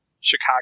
Chicago